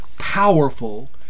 powerful